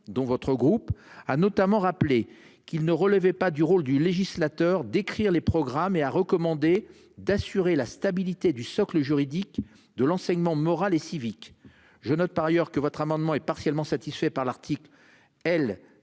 dont votre groupe a notamment rappelé qu'il ne relevait pas du rôle du législateur d'écrire les programmes et a recommandé d'assurer la stabilité du socle juridique de l'enseignement moral et civique. Je note par ailleurs que votre amendement est partiellement satisfait par l'article L.